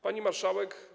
Pani Marszałek!